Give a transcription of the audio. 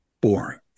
boring